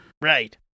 Right